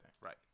Right